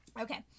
Okay